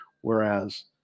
whereas